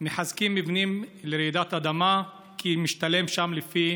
מחזקים מבנים לרעידת אדמה כי משתלם שם לפי